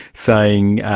saying,